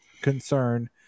concern